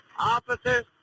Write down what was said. Officers